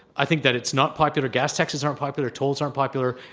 i think that it's not popular. gas taxes aren't popular. tolls aren't popular.